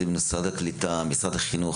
משרד החינוך